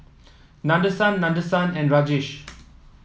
Nadesan Nadesan and Rajesh